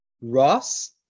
Ross